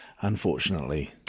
unfortunately